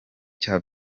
cya